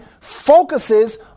focuses